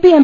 P M